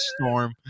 storm